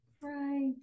Right